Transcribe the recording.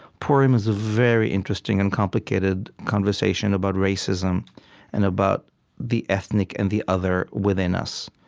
purim is a very interesting and complicated conversation about racism and about the ethnic and the other within us